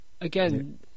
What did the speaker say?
again